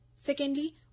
secondly